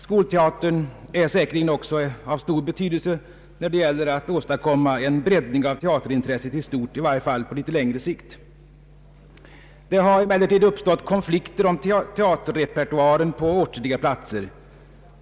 Skolteatern är säkerligen också av stor betydelse när det gäller att åstadkomma en breddning av teaterintresset i stort, i varje fall på litet längre sikt. Det har emellertid uppstått konflikter om teaterrepertoaren på åtskilliga platser.